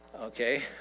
okay